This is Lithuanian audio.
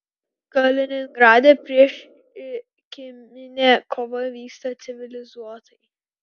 kaliningrade priešrinkiminė kova vyksta civilizuotai